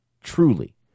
truly